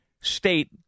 state